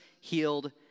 healed